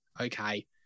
okay